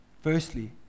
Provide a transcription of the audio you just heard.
Firstly